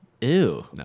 Ew